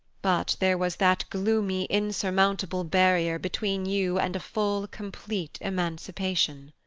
but there was that gloomy, insurmountable barrier between you and a full, complete emancipation.